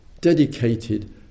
dedicated